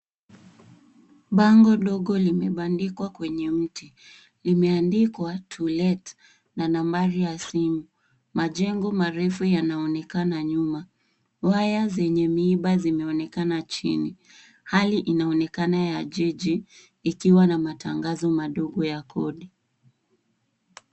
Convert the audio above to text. Bango dogo limebandikwa kwenye mti. Imeandikwa TO LET na nambari ya simu. Majengo marefu yanaonekana nyuma. Waya zenye miba zimeonekana chini. Hali inaonekana ya jiji ikiwa na matangazo madogo ya kodi.